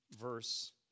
verse